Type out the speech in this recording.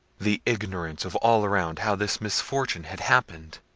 the ignorance of all around how this misfortune had happened,